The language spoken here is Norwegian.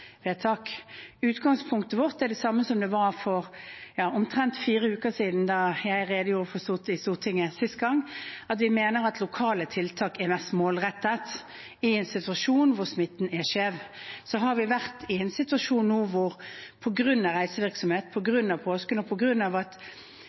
Utgangspunktet vårt er det samme som det var for omtrent fire uker siden, da jeg redegjorde for Stortinget sist. Vi mener at lokale tiltak er mest målrettet i en situasjon hvor smitten er skjev. Vi har nå vært i en situasjon hvor det – på grunn av reisevirksomhet, på